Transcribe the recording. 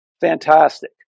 fantastic